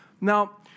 Now